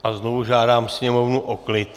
A znovu žádám sněmovnu o klid.